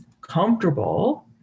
comfortable